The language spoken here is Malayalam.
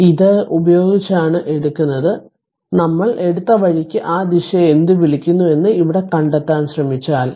അതിനാൽ ഇത് ഉപയോഗിച്ചാണ് എടുത്തത് നമ്മൾ എടുത്ത വഴിക്ക് ആ ദിശയെ എന്ത് വിളിക്കുന്നു എന്ന് ഇവിടെ കണ്ടെത്താൻ ശ്രമിച്ചാൽ